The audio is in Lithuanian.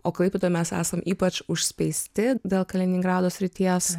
o klaipėdoj mes esam ypač užspeisti dėl kaliningrado srities